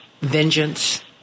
vengeance